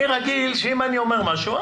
אני רגיל שאם אני אומר משהו,